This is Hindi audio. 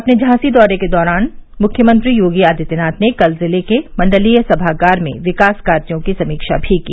अपने झांसी दौरे के दौरान मुख्यमंत्री योगी आदित्यनाथ ने कल जिले के मण्डलीय सभागार में विकास कार्यों की समीक्षा भी की